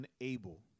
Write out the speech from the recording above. unable